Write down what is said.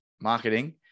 marketing